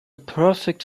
perfect